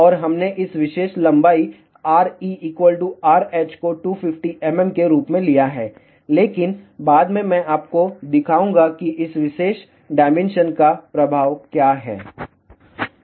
और हमने इस विशेष लंबाई RE RH को 250 mm के रूप में लिया है लेकिन बाद में मैं आपको दिखाऊंगा कि इस विशेष डायमेंशन का प्रभाव क्या है